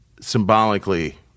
symbolically